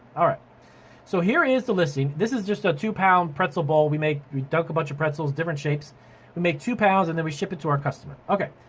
ah so here is the listing, this is just a two pound pretzel bowl we make, we dunk a bunch of pretzels, different shapes, we make two pounds and then we ship it to our customer. okay.